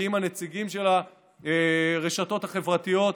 מגיעים הנציגים של הרשתות החברתיות.